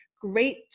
great